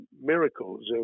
miracles